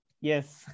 Yes